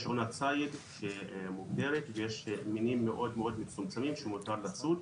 יש עונת ציד שמוגדרת ויש מינים מאוד מצומצמים שמותר לצוד,